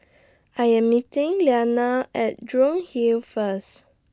I Am meeting Lyanna At Jurong Hill First